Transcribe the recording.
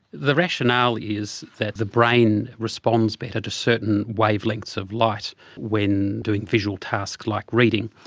the rationale is that the brain responds better to certain wavelengths of light when doing visual tasks like reading.